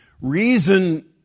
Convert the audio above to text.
reason